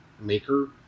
maker